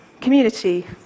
community